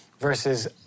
Versus